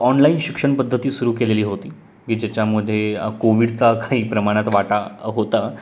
online शिक्षणपद्धती सुरू केलेली होती की ज्याच्यामध्ये कोविडचा काही प्रमाणात वाटा होता